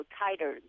tighter